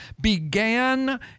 began